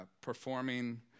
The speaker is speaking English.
performing